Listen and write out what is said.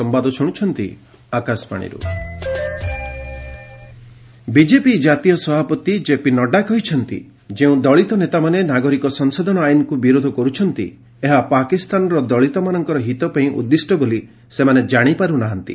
CAA Nadda rally BJP ଜାତୀୟ ସଭାପତି JP Nadda କହିଛନ୍ତି ଯେଉଁ ଦଳୀତ ନେତାମାନେ ନାଗରିକ ସଂଶୋଧନ ଆଇନ୍କୁ ବିରୋଧ କରୁଛନ୍ତି ଏହା ପାକିସ୍ତାନର ଦଳୀତମାନଙ୍କର ହିତ ପାଇଁ ଉଦ୍ଦିଷ୍ଟ ବୋଲି ସେମାନେ ଜାଶିପାରୁ ନାହାନ୍ତି